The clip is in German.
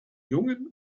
jungen